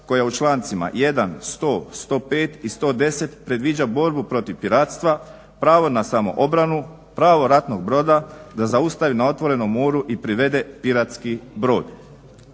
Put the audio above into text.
koja u člancima 1., 100., 105. i 110. predviđa borbu protiv piratstva, pravo na samoobranu, pravo ratnog broda da zaustavi na otvorenom moru i privede piratski brod.